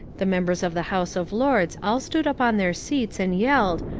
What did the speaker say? the members of the house of lords all stood up on their seats and yelled,